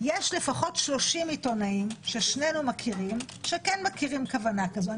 יש לפחות 30 עיתונאים ששנינו מכירים שכן מכירים כוונה כזו.